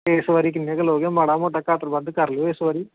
ਇਸ ਵਾਰ ਕਿੰਨੇ ਕੁ ਲਓਗੇ ਮਾੜਾ ਮੋਟਾ ਘੱਟ ਵੱਧ ਕਰ ਲਿਓ ਇਸ ਵਾਰ